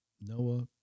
Noah